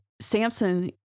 Samson